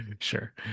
Sure